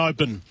Open